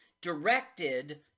directed